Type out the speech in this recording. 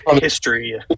history